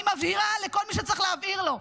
אני מבהירה לכל מי שצריך להבהיר לו: